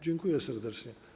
Dziękuję serdecznie.